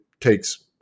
takes